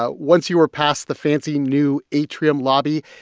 ah once you are past the fancy new atrium lobby,